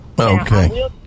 okay